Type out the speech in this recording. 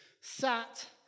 sat